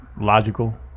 Logical